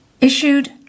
issued